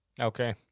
Okay